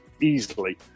easily